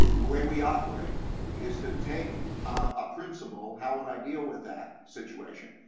the way we operate is to take a principle, how would i deal with that situation,